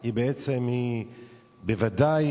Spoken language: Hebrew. היא בוודאי